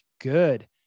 good